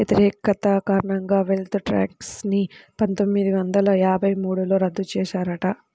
వ్యతిరేకత కారణంగా wealth tax ని పందొమ్మిది వందల యాభై మూడులో రద్దు చేశారట